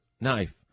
knife